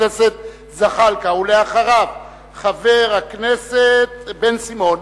חבר הכנסת זחאלקה, ולאחריו, חבר הכנסת בן-סימון.